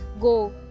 Go